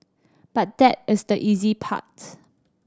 but that is the easy part